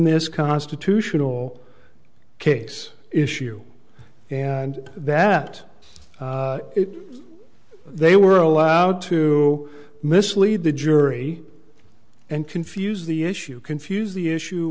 this constitutional case issue and that they were allowed to mislead the jury and confuse the issue confuse the issue